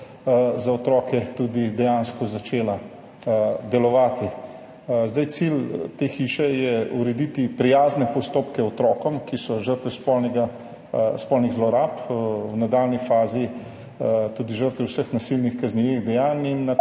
za otroke tudi dejansko začela delovati. Cilj te hiše je urediti prijazne postopke za otroke, ki so žrtve spolnih zlorab, v nadaljnji fazi tudi žrtve vseh nasilnih, kaznivih dejanj.